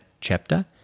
chapter